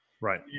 Right